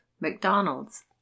McDonald's